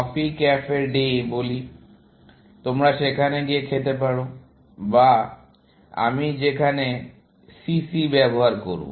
coffee cafe day বলি তোমরা সেখানে গিয়ে খেতে পারো যা আমি এখানে CC ব্যবহার করব